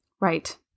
Right